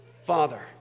father